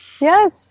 Yes